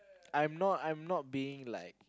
I'm not I'm not being like